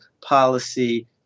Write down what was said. policy